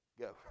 go